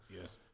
Yes